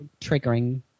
triggering